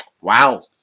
wow